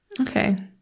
Okay